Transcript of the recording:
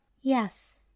yes